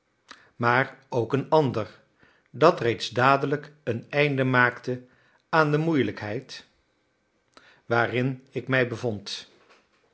maar ook een ander dat reeds dadelijk een einde maakte aan de moeielijkheid waarin ik mij bevond